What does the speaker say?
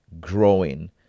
growing